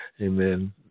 Amen